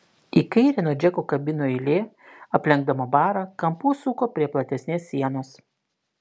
į kairę nuo džeko kabinų eilė aplenkdama barą kampu suko prie platesnės sienos